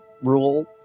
rule